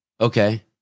Okay